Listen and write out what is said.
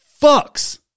fucks